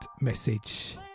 message